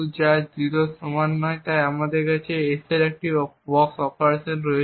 যা 0 এর সমান নয় তাই আমাদের কাছে একটি s বক্স অপারেশন রয়েছে